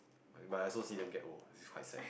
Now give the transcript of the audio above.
but I also see them get old it's quite sad